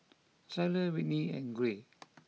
Zaire Whitney and Gray